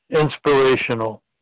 inspirational